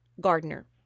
gardener